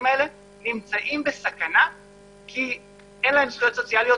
האלה נמצאים בסכנה כי אין להם זכויות סוציאליות